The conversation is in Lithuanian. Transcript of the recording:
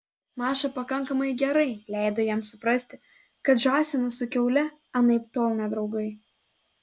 maša pakankamai gerai leido jam suprasti kad žąsinas su kiaule anaiptol ne draugai